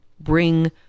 bring –